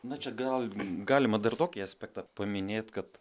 na čia gal galima dar tokį aspektą paminėt kad